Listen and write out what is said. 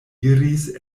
iris